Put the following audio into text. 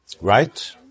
Right